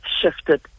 shifted